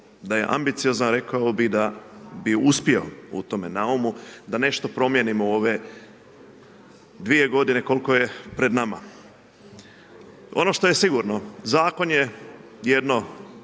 da je ambiciozan, rekao bih da je uspio u tome naumu da nešto promijenimo u ove 2 godine koliko je pred nama. Ono što je sigurno, zakon je jedno